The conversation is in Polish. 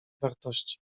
wartości